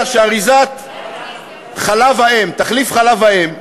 אתה יודע שאריזת חלב האם, תחליף חלב האם,